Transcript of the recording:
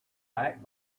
back